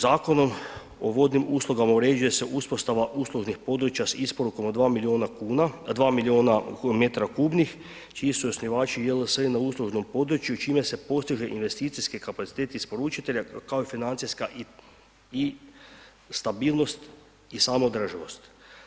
Zakonom o vodnim uslugama uređuje se uspostava uslužnih područja s isporukom od dva milijuna metra kubnih, čiji su osnivači JLS i na uslužnom području i čime se postiže investicijski kapacitet isporučitelja kao i financijska i stabilnost i samoodrživost.